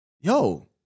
yo